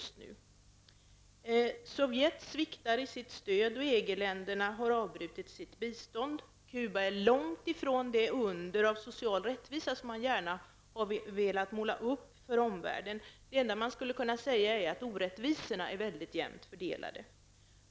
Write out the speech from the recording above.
Sovjet sviktar i sitt stöd, och EG-länderna har avbrutit sitt bistånd. Cuba är långt ifrån det under av social rättvisa som man gärna har velat måla upp inför omvärlden. Det enda man kan säga är att orättvisorna är väldigt jämnt fördelade.